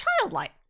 childlike